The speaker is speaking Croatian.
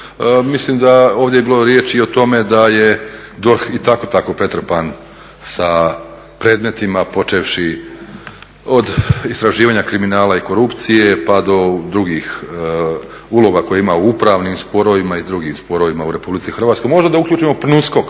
Mislim da ovdje je bilo riječi i o tome da je DORH i tako i tako pretrpan sa predmetima počevši od istraživanja kriminala i korupcije, pa do drugih ulova koje ima u upravnim sporovima i u drugim sporovima u RH. Možda da uključimo PNUSKOK